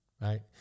right